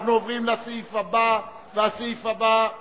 אני קובע שהצעת חוק שעות עבודה ומנוחה (תיקון מס' 14),